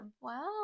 wow